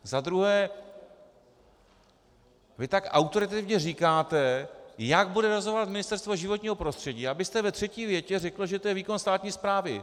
Za druhé, vy tak autoritativně říkáte, jak bude rozhodovat Ministerstvo životního prostředí, abyste ve třetí větě řekl, že to je výkon státní správy.